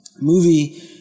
Movie